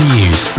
News